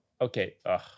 okay